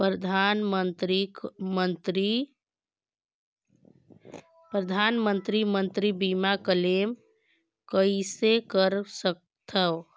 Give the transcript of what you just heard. परधानमंतरी मंतरी बीमा क्लेम कइसे कर सकथव?